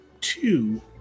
two